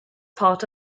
part